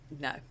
no